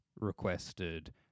requested